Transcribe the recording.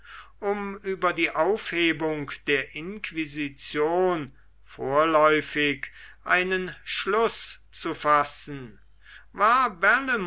um über die aufhebung der inquisition vorläufig einen schluß zu fassen war